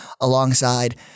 alongside